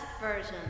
version